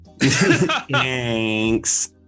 Thanks